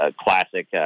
classic